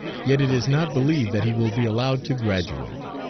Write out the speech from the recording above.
yet it is not believed that he will be allowed to graduate.